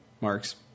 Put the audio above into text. marks